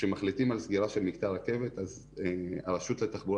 כשמחליטים על סגירה של מקטע רכבת הרשות לתחבורה